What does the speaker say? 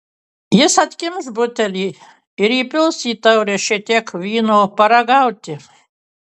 jis atkimš butelį ir įpils į taurę šiek tiek vyno paragauti